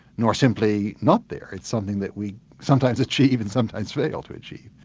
nor simply not there, it's something that we sometimes achieve and sometimes fail to achieve.